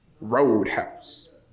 Roadhouse